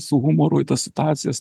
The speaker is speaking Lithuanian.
su humoru į tas situacijas